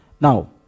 Now